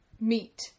meet